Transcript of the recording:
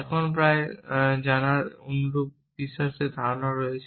এখন প্রায় জানার অনুরূপ বিশ্বাসের ধারণা আছে